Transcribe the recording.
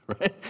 right